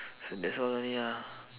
so that's all only ah